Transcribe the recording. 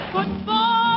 Football